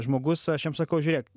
žmogus aš jam sakau žiūrėk